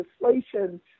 legislation